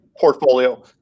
portfolio